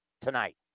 tonight